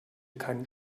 keinen